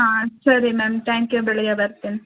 ಹಾಂ ಸರಿ ma'am thank you ಬೆಳಗ್ಗೆ ಬರ್ತೀನಿ